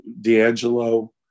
D'Angelo